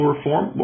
reform